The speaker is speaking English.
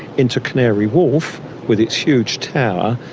into canary wharf with its huge tower,